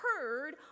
heard